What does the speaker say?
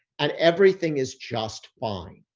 and everything is just fine.